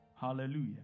Hallelujah